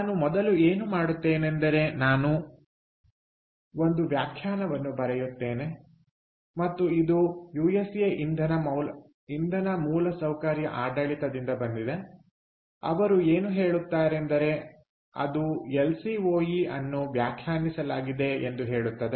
ನಾನು ಮೊದಲು ಏನು ಮಾಡುತ್ತೇನೆಂದರೆ ನಾನು ಒಂದು ವ್ಯಾಖ್ಯಾನವನ್ನು ಬರೆಯುತ್ತೇನೆ ಮತ್ತು ಇದು ಯುಎಸ್ಎ ಇಂಧನ ಮೂಲಸೌಕರ್ಯ ಆಡಳಿತದಿಂದ ಬಂದಿದೆ ಅವರು ಏನು ಹೇಳುತ್ತಾರೆಂದರೆ ಅದು ಎಲ್ ಸಿ ಓ ಇ ಅನ್ನು ವ್ಯಾಖ್ಯಾನಿಸಲಾಗಿದೆ ಎಂದು ಹೇಳುತ್ತದೆ